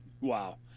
Wow